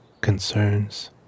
concerns